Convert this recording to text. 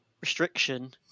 restriction